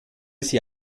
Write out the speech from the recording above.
sie